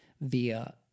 via